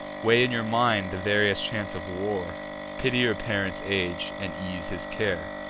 weigh in your mind the various chance of war pity your parent's age, and ease his care.